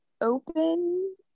open